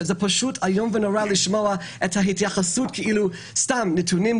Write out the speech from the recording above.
זה פשוט איום ונורא לשמוע את ההתייחסות כאילו זה סתם נתונים.